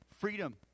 freedom